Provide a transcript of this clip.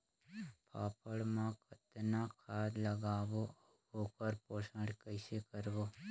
फाफण मा कतना खाद लगाबो अउ ओकर पोषण कइसे करबो?